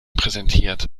präsentiert